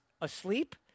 asleep